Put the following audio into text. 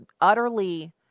utterly